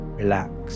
relax